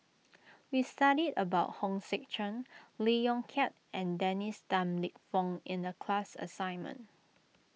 we studied about Hong Sek Chern Lee Yong Kiat and Dennis Tan Lip Fong in the class assignment